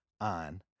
on